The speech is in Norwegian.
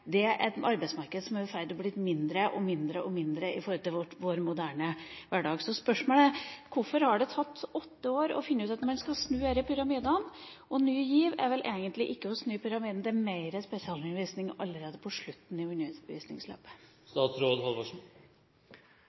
Det er et arbeidsmarked som er blitt mindre og mindre i vår moderne hverdag. Så spørsmålet er: Hvorfor har det tatt åtte år å finne ut at man skal snu disse pyramidene? Ny GIV er vel egentlig ikke å snu pyramiden, det er mer spesialundervisning allerede på slutten